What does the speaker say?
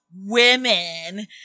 women